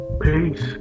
peace